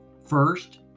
First